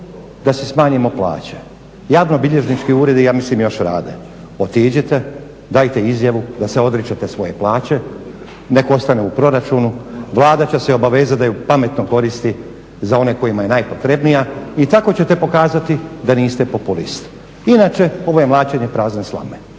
da si smanjimo plaće. Javno bilježnički uredi ja mislim još rade, otiđite, dajte izjavu da se odričete svoje plaće, neka ostane u proračunu, Vlada će se obavezati da ju pametno koristi za one kojima je najpotrebnija i tako ćete pokazati da niste populist inače ovo je mlaćenje prazne slame.